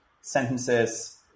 sentences